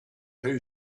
who